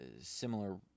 similar